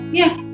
yes